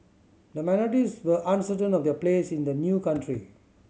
the minorities were uncertain of their place in the new country